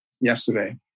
yesterday